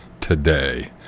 today